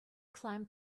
climbed